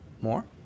more